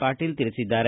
ಪಾಟೀಲ ತಿಳಿಸಿದ್ದಾರೆ